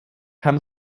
kam